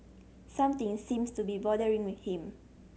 something seems to be bothering him